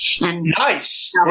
Nice